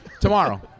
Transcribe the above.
Tomorrow